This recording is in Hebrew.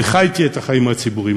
וחייתי את החיים הציבורים,